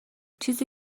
چیزی